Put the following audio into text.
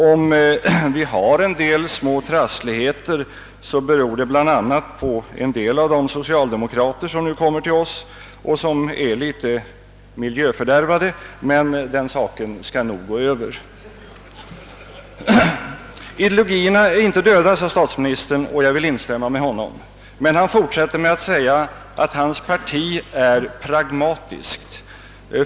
Om vi har några små trassligheter, beror det kanske bl.a. på en del socialdemokrater, som nu kommer till oss och är litet miljöskadade, men den saken skall nog gå över. Ideologierna är inte döda, sade statsministern, och jag vill instämma i detta. Han fortsatte med att säga att hans parti är pragmatiskt.